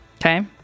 Okay